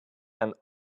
and